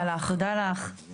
הישיבה ננעלה בשעה